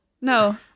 No